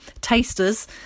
tasters